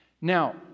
Now